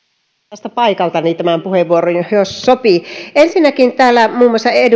tästä paikaltani tämän puheenvuoroni jos sopii ensinnäkin täällä muun muassa